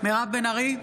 מירב בן ארי,